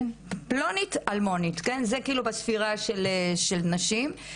פלונית אלמונית, זה כאילו בספירה של נשים.